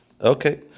Okay